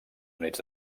units